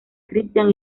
christian